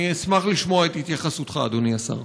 אני אשמח לשמוע את התייחסותך, אדוני השר.